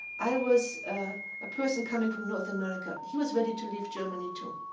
i was a person coming from north america. he was ready to leave germany, too.